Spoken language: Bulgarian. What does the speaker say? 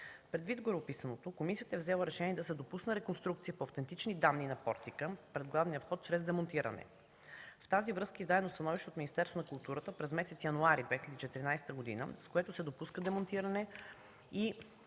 Предвид гореописаното комисията е взела решение да се допусне реконструкция по автентични данни на портика пред главния вход чрез демонтиране. В тази връзка е издадено становище от Министерството на културата през месец януари 2014 г., с което се допуска демонтиране и